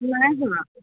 নাই হোৱা